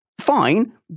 fine